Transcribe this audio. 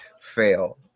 fail